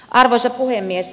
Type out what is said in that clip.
arvoisa puhemies